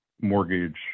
mortgage